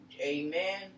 Amen